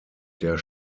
der